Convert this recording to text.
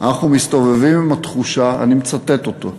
אנחנו מסתובבים עם התחושה, אני מצטט אותו,